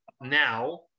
now